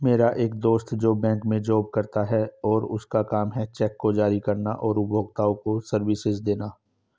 मेरा एक दोस्त है जो बैंक में जॉब करता है और उसका काम है चेक को जारी करना और उपभोक्ताओं को सर्विसेज देना